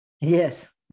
Yes